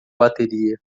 bateria